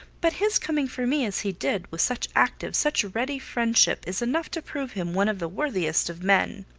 but his coming for me as he did, with such active, such ready friendship, is enough to prove him one of the worthiest of men.